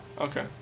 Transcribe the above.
Okay